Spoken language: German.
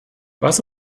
was